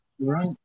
Right